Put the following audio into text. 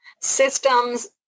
Systems